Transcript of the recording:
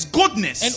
goodness